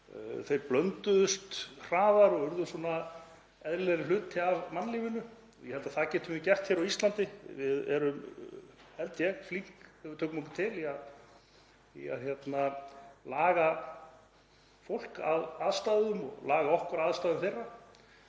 Þeir blönduðust hraðar og urðu svona eðlilegri hluti af mannlífinu. Ég held að það getum við gert hér á Íslandi. Við erum, held ég, flink ef við tökum okkur til í að laga fólk að aðstæðum og laga okkur að aðstæðum þess.